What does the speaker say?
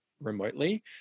remotely